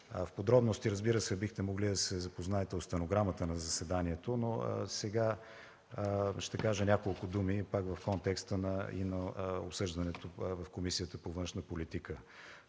По-подробно, разбира се, бихте могли да се запознаете от стенограмата на заседанието. Сега ще кажа няколко думи пак в контекста и на обсъждането в Комисията по външна политика.